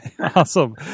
Awesome